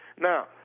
Now